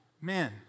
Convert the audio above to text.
men